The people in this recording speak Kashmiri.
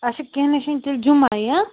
آچھا کیٚنٛہہ نَہ حظ چھُنہٕ تیٚلہِ جمعہ ہٕے